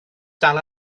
dal